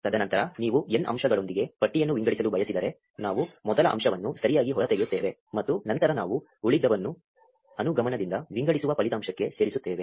ತದನಂತರ ನೀವು n ಅಂಶಗಳೊಂದಿಗೆ ಪಟ್ಟಿಯನ್ನು ವಿಂಗಡಿಸಲು ಬಯಸಿದರೆ ನಾವು ಮೊದಲ ಅಂಶವನ್ನು ಸರಿಯಾಗಿ ಹೊರತೆಗೆಯುತ್ತೇವೆ ಮತ್ತು ನಂತರ ನಾವು ಉಳಿದವನ್ನು ಅನುಗಮನದಿಂದ ವಿಂಗಡಿಸುವ ಫಲಿತಾಂಶಕ್ಕೆ ಸೇರಿಸುತ್ತೇವೆ